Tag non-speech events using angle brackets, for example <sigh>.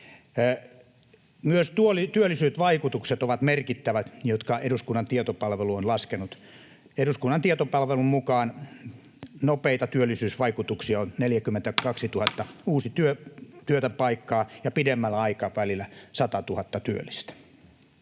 Myös työllisyysvaikutukset, jotka eduskunnan tietopalvelu on laskenut, ovat merkittävät. Eduskunnan tietopalvelun mukaan nopeita työllisyysvaikutuksia ovat <noise> 42 000 uutta työpaikkaa ja pidemmällä aikavälillä 100 000 työllistä.